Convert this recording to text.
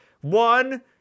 One